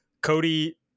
Cody